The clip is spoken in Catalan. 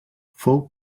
fou